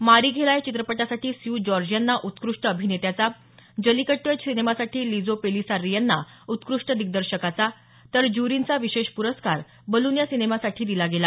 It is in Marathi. मारिघेला या चित्रपटासाठी स्यू जॉर्ज यांना उत्कृष्ट अभिनेत्याचा जल्लीकट्ट या सिनेमासाठी लिजो पेलिसार्री यांना उत्कृष्ट दिग्दर्शकाचा तर ज्युरींचा विशेष पुरस्कार बलून या सिनेमासाठी दिला गेला